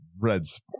Red's